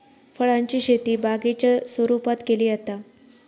फळांची शेती बागेच्या स्वरुपात केली जाता